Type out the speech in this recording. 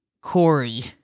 Corey